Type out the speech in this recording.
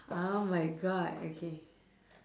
oh my god okay